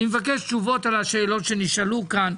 אני מבקש תשובות על השאלות שנשאלו כאן.